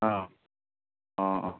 অঁ অঁ অঁ